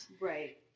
Right